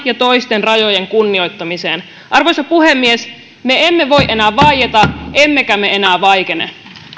ja toisten rajojen kunnioittamiseen arvoisa puhemies me emme voi enää vaieta emmekä me enää vaikene